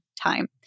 time